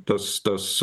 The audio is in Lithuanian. tas tas